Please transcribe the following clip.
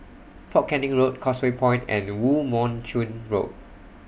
Fort Canning Road Causeway Point and Woo Mon Chew Road